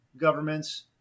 governments